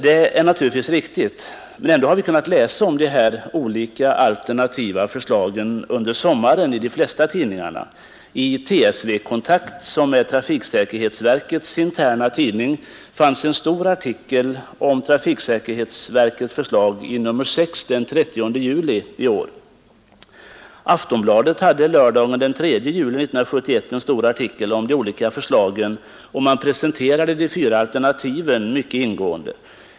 Detta är naturligtvis riktigt, men kvar står dock det faktum att vi har kunnat läsa om dessa olika förslag i de flesta tidningar under sommaren. I TSV-Kontakt, som är trafiksäkerhetsverkets interna tidning, fanns en stor artikel om trafiksäkerhetsverkets förslag i nr 6 den 30 juli 1971. Aftonbladet hade lördagen den 3 juli 1971 en stor artikel om de olika förslagen, och man presenterade mycket ingående de fyra alternativen.